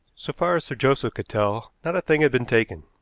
so far as sir joseph could tell, not a thing had been taken.